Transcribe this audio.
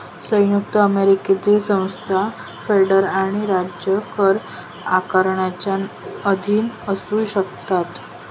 संयुक्त अमेरिकेतील संस्था फेडरल आणि राज्य कर आकारणीच्या अधीन असू शकतात